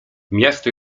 miasto